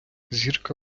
зірка